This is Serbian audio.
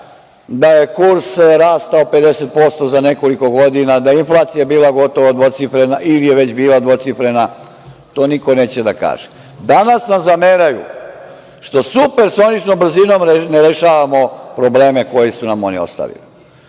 da je kurs rastao 50% za nekoliko godina, da je inflacija bila gotovo dvocifrena ili je već bila dvocifrena to niko neće da kaže? Danas nam zameraju što supersoničnom brzinom ne rešavamo probleme koje su nam oni ostavili.